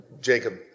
Jacob